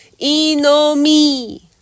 Inomi